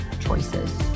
choices